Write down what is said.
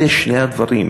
אלה שני הדברים.